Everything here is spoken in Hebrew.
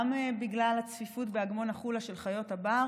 גם בגלל הצפיפות של חיות הבר